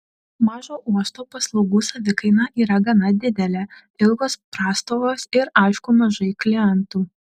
mažo uosto paslaugų savikaina yra gana didelė ilgos prastovos ir aišku mažai klientų